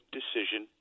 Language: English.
decision